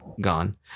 gone